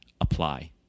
apply